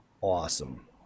Awesome